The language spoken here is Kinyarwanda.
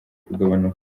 kugabanuka